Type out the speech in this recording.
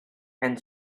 and